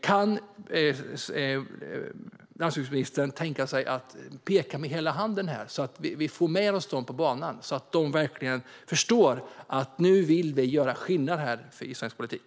Kan landsbygdsministern tänka sig att peka med hela handen här så att vi får med oss det på banan så att det verkligen förstår att vi nu vill göra skillnad i svensk politik?